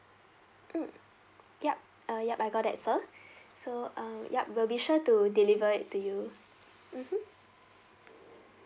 mm yup ah yup I got that sir so um yup will be sure to deliver it to you mmhmm